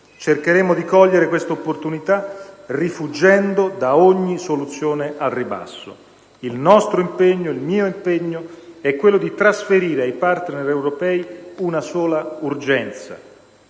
Cercheremo di cogliere questa opportunità, rifuggendo da ogni soluzione al ribasso. Il nostro impegno, il mio impegno, è quello di trasferire ai *partner* europei una sola urgenza: